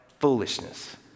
foolishness